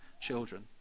children